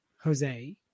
Jose